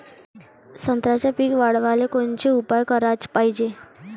संत्र्याचं पीक वाढवाले कोनचे उपाव कराच पायजे?